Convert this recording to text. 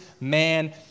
man